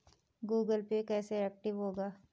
Google Pay कैसे active होगा?